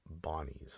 Bonnies